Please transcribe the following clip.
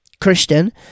Christian